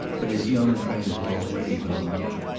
but his young friend had already gone on.